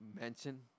mention